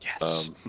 Yes